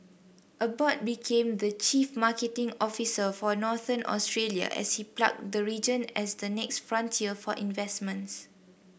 Abbott became the chief marketing officer for Northern Australia as he plugged the region as the next frontier for investments